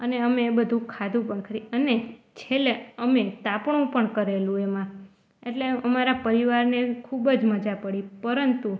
અને અમે એ બધું ખાધું પણ ખરી અને છેલ્લે અમે તાપણું પણ કરેલું એમાં એટલે અમારા પરિવારને ખૂબ જ મજા પડી પરંતુ